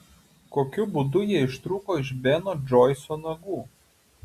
kokiu būdu jie ištrūko iš beno džoiso nagų